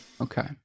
okay